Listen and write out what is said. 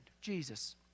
Jesus